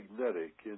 magnetic